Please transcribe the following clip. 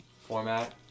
format